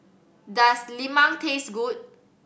does lemang taste good